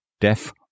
deaf